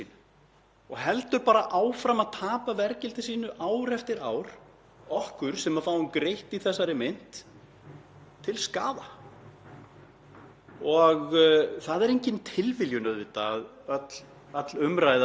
Það er engin tilviljun að öll umræða um afnám verðtryggingarinnar leiðist út í það að við þurfum að taka á því vandamáli, þ.e. gjaldmiðlinum, vegna þess að hann er vandamál.